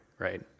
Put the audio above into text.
Right